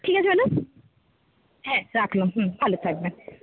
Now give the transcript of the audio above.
ঠিক আছে ম্যাডাম হ্যাঁ রাখলাম হুম ভালো থাকবেন